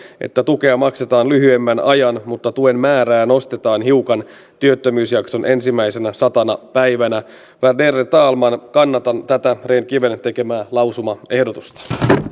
että tukea maksetaan lyhyemmän ajan mutta tuen määrää nostetaan hiukan työttömyysjakson ensimmäisenä satana päivänä värderade talman kannatan tätä rehn kiven tekemää lausumaehdotusta